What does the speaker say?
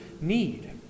need